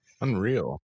Unreal